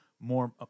more